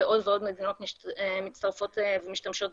ועוד ועוד מדינות מצטרפות ומשתמשות